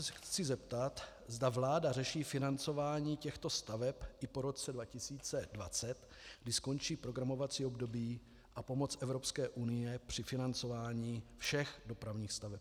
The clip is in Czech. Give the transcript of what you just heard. Proto se chci zeptat, zda vláda řeší financování těchto staveb i po roce 2020, kdy skončí programovací období a pomoc Evropské unie při financování všech dopravních staveb.